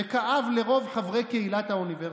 וכאב לרוב חברי קהילת האוניברסיטה.